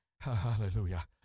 hallelujah